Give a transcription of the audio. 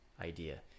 idea